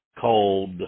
called